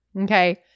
Okay